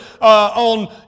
on